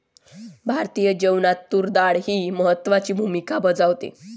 भारतीय जेवणात तूर डाळ ही महत्त्वाची भूमिका बजावते